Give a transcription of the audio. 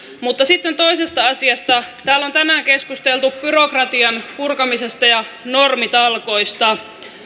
mutta sitten toisesta asiasta täällä on tänään keskusteltu byrokratian purkamisesta ja normitalkoista